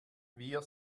wir